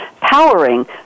powering